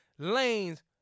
Lanes